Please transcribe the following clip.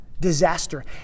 Disaster